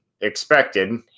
expected